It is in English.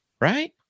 right